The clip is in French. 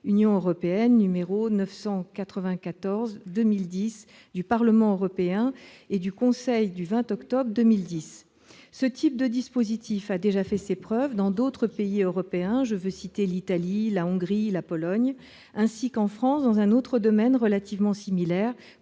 10 du règlement n° 994/2010 du Parlement européen et du Conseil du 20 octobre 2010. Ce type de dispositif a déjà fait ses preuves dans d'autres pays européens, comme l'Italie, la Hongrie ou la Pologne, ainsi qu'en France dans un autre domaine relativement similaire,